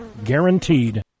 guaranteed